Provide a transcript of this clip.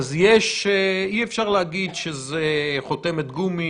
אי-אפשר להגיד שזה חותמת גומי,